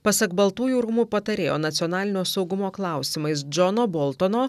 pasak baltųjų rūmų patarėjo nacionalinio saugumo klausimais džono boltono